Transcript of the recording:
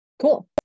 cool